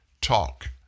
talk